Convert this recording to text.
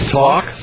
talk